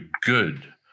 good